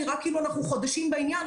נראה כאילו אנחנו חודשים בעניין,